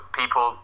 people